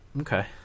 Okay